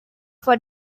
for